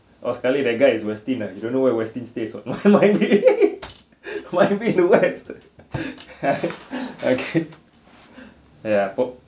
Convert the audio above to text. oh sekali that guy is westin ah you don't know where westin stay why be the wax okay ya for